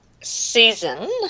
season